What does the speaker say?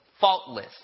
faultless